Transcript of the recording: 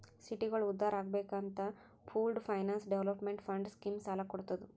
ಸಿಟಿಗೋಳ ಉದ್ಧಾರ್ ಆಗ್ಬೇಕ್ ಅಂತ pooled finance development fund scheme ಸಾಲ ಕೊಡ್ತುದ್